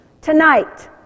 tonight